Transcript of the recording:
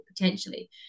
potentially